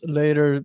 later